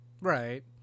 Right